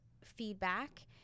feedback